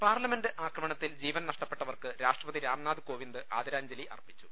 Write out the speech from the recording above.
parliament ആക്രമണത്തിൽ ജീവൻ നഷ്ടപ്പെട്ടവർക്ക് രാഷ്ട്ര പതി രാംനാഥ് കോവിന്ദ് ആദരാഞ്ജലി അർപ്പിച്ചു